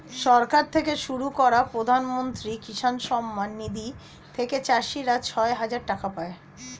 সরকার থেকে শুরু করা প্রধানমন্ত্রী কিষান সম্মান নিধি থেকে চাষীরা ছয় হাজার টাকা পায়